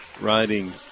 riding